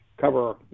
cover